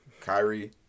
Kyrie